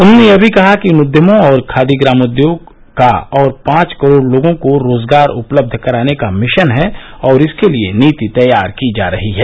उन्होंने यह भी कहा कि इन उद्यमों और खादी ग्रामोद्योग का और पांच करोड़ लोगों को रोजगार उपलब्ध कराने का मिशन है और इसके लिए नीति तैयार की जा रही है